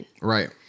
right